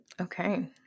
Okay